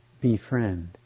befriend